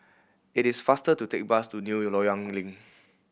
it is faster to take bus to New Loyang Link